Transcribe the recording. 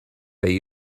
they